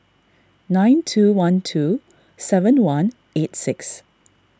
nine two one two seven one eight six